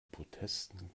protesten